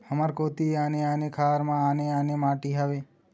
हमर कोती आने आने खार म आने आने माटी हावे?